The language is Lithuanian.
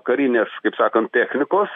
karinės kaip sakant technikos